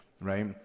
right